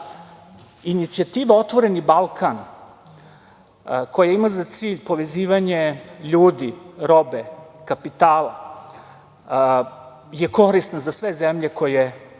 inicijativa „Otvoreni Balkan“, koja ima za cilj povezivanje ljudi, robe, kapitala, korisna za sve zemlje koje u njoj